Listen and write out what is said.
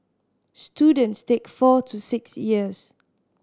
students take four to six years